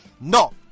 No